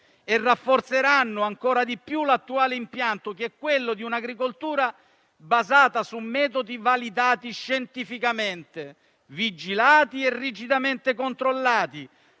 rafforzeranno ancora di più l'attuale impianto dell'agricoltura basato su metodi validati scientificamente, vigilati e rigidamente controllati,